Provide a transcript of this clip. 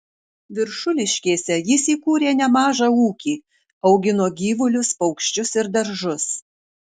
viršuliškėse jis įkūrė nemažą ūkį augino gyvulius paukščius ir daržus